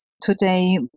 today